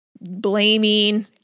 blaming